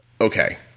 Okay